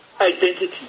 identity